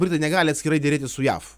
britai negali atskirai derėtis su jav